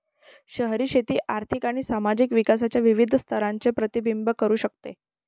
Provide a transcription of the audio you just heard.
शहरी शेती आर्थिक आणि सामाजिक विकासाच्या विविध स्तरांचे प्रतिबिंबित करू शकते